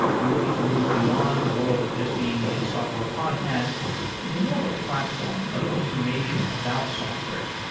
we're looking to move beyond the world of just being a software podcast into more of a platform of information about software.